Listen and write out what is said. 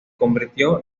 convirtió